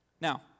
Now